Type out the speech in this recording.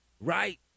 right